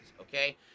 Okay